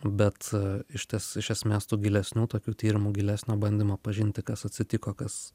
bet išties iš esmės tų gilesnių tokių tyrimų gilesnio bandymo pažinti kas atsitiko kas